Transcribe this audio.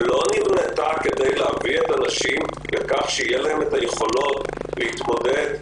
לא נבנתה כדי להביא את הנשים לכך שיהיו להן יכולות להתמודד,